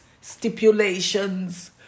stipulations